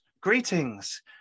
greetings